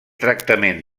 tractament